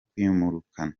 kumwirukana